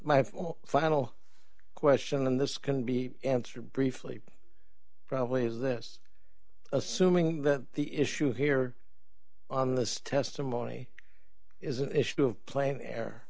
my final question and this can be answered briefly probably is this assuming that the issue here on this testimony is an issue